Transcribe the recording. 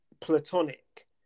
platonic